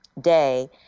day